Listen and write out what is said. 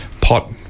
pot